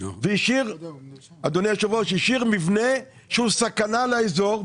והשאיר מבנה שמהווה סכנה לאזור,